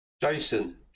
Jason